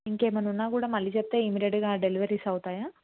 ఇంకేమైనా ఉన్నా కూడా మళ్ళీ చెప్తే ఇమీడియట్గా డెలివరీస్ అవుతాయా